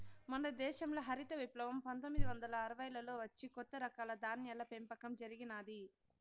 మన దేశంల హరిత విప్లవం పందొమ్మిది వందల అరవైలలో వచ్చి కొత్త రకాల ధాన్యాల పెంపకం జరిగినాది